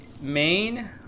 main